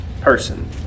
person